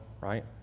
right